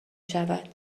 شود